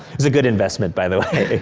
was a good investment, by the way,